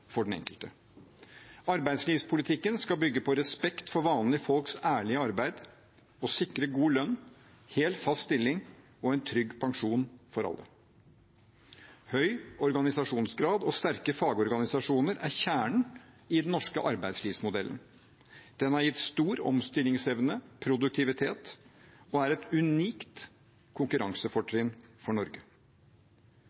for den enkelte. Arbeidslivspolitikken skal bygge på respekt for vanlige folks ærlige arbeid og sikre god lønn, hel og fast stilling og en trygg pensjon for alle. Høy organisasjonsgrad og sterke fagorganisasjoner er kjernen i den norske arbeidslivsmodellen. Den har gitt stor omstillingsevne og produktivitet og er et unikt